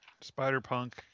Spider-Punk